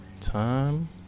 time